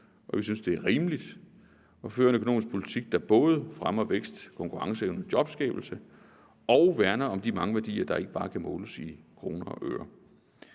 og vi synes, det er rimeligt at føre en økonomisk politik, der både fremmer vækst, konkurrenceevne og jobskabelse og værner om de mange værdier, der ikke bare kan måles i kroner og øre.